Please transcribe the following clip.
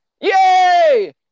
yay